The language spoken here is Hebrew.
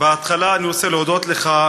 בהתחלה אני רוצה להודות לך,